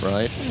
Right